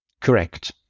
Correct